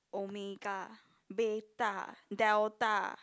omega beta delta